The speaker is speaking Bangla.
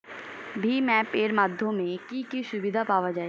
ভিম অ্যাপ এর মাধ্যমে কি কি সুবিধা পাওয়া যায়?